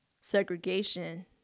segregation